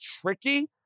tricky